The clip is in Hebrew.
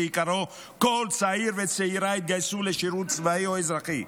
שעיקרו שכל צעיר וצעירה יתגייסו לשירות צבאי או אזרחי.